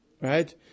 right